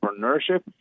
entrepreneurship